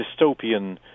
dystopian